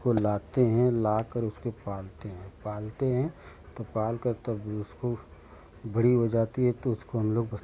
उसको लाते हैं ला कर उसके पालते हैं पालते हैं तो पाल कर तब ही उसको बड़ी हो जाती है तो उसको हम लोग